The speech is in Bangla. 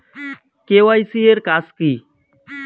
কে.ওয়াই.সি এর কাজ কি?